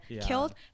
killed